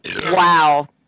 Wow